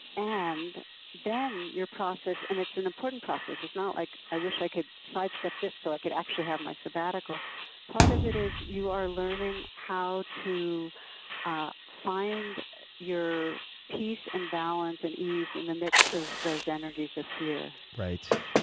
and then your process and it's an important process, it's not like, i wish i could sidestep this so i could actually have my sabbatical part of it is you are learning how to ah find your peace, and balance, and ease in the midst of those energies of fear. right.